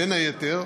בין היתר,